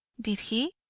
did he?